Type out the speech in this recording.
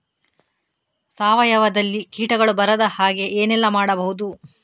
ಸಾವಯವದಲ್ಲಿ ಕೀಟಗಳು ಬರದ ಹಾಗೆ ಏನೆಲ್ಲ ಮಾಡಬಹುದು?